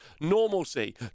Normalcy